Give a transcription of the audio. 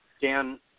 Dan